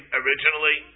originally